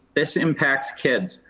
this impacts kids.